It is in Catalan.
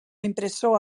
impressor